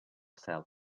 cel